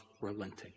relenting